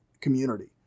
community